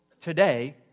today